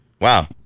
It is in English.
Wow